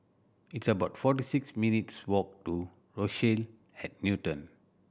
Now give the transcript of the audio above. it's about forty six minutes' walk to Rochelle at Newton